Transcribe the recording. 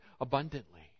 abundantly